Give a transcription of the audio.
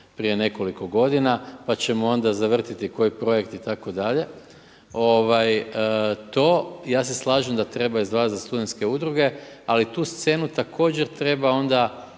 prije nekoliko godina pa ćemo onda zavrtiti koji projekt itd. Ja se slažem da treba izdvajati za studentske udruge, ali tu scenu također treba onda